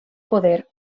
poder